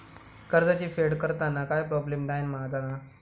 कर्जाची फेड करताना काय प्रोब्लेम नाय मा जा?